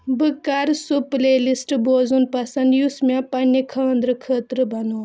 بہٕ کَرٕ سُہ پُلے لِسٹہٕ بوزُن پسنٛد یُس مےٚ پنٕنِہ خانٛدرٕ خٲطرٕ بنوو